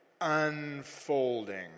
Unfolding